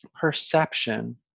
perception